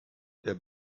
der